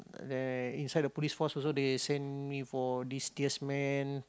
then inside the Police Force also they send me for this man